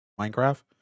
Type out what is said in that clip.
minecraft